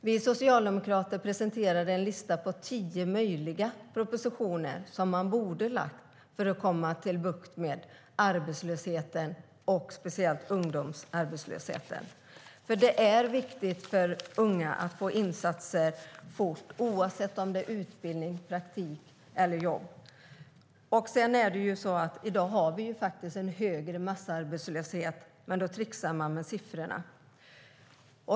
Vi socialdemokrater presenterade en lista på tio möjliga propositioner som man borde ha lagt för att få bukt med arbetslösheten och speciellt ungdomsarbetslösheten, för det är viktigt för unga att få insatser fort, oavsett om det är utbildning, praktik eller jobb. I dag har vi också en högre massarbetslöshet, men då tricksar man med siffrorna.